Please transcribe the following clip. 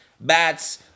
bats